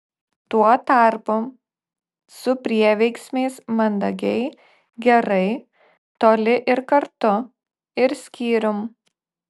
tuo tarpu su prieveiksmiais mandagiai gerai toli ir kartu ir skyrium